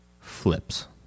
flips